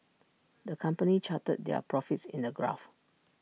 the company charted their profits in A graph